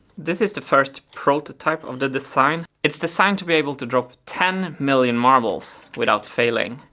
this is the first prototype of the design. it's designed to be able to drop ten million marbles without failing.